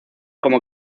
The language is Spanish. como